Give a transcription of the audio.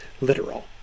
literal